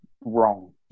wrong